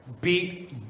beat